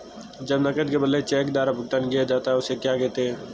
जब नकद के बदले चेक द्वारा भुगतान किया जाता हैं उसे क्या कहते है?